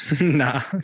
Nah